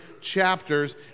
chapters